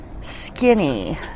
skinny